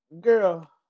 Girl